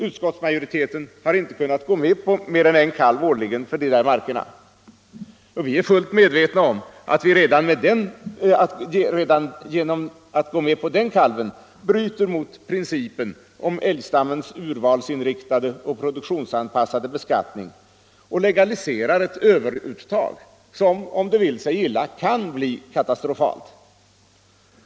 Utskottsmajoriteten har inte kunnat gå med på mer än en kalv årligen för dessa marker. Vi är fullt medvetna om att vi redan härmed bryter mot principen om älgstammens urvalsinriktade och produktionsanpassade beskattning och legaliserar ett överuttag som — om det vill sig illa — kan bli katastrofalt.